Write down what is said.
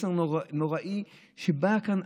מסר נוראי שבא כאן,